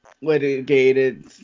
litigated